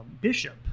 bishop